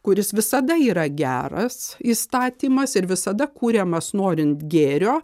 kuris visada yra geras įstatymas ir visada kuriamas norint gėrio